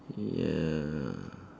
ya